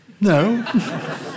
No